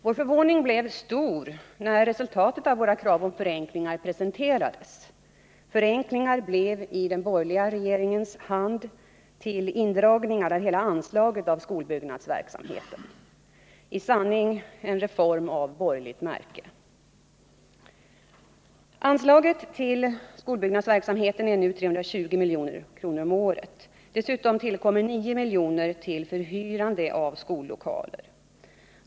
Vår förvåning blev stor när resultatet av våra krav om förenklingar presenterades. Förenklingarna blev i den borgerliga regeringens hand till bl.a. indragning av hela anslaget till skolbyggnadsverksamheten. I sanning en reform av borgerligt märke! Anslaget till skolbyggnadsverksamheten är nu 320 milj.kr. om året. Dessutom tillkommer 9 miljoner till förhyrande av skollokaler.